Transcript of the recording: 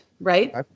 right